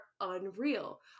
unreal